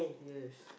yes